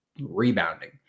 Rebounding